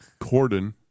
Corden